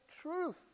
truth